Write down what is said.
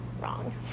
wrong